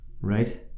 right